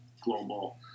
global